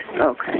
Okay